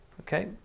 Okay